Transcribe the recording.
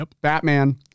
Batman